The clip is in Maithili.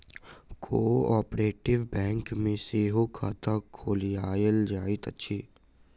कोऔपरेटिभ बैंक मे सेहो खाता खोलायल जाइत अछि